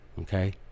Okay